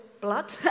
blood